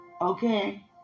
Okay